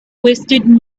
wasted